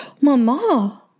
Mama